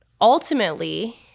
Ultimately